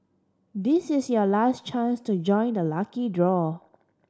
this is your last chance to join the lucky draw